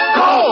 go